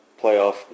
playoff